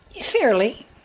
Fairly